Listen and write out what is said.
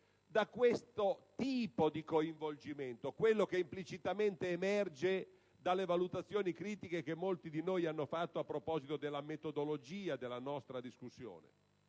da questo tipo di coinvolgimento, che implicitamente emerge dalle valutazioni critiche che molti di noi hanno fatto a proposito della metodologia della nostra discussione?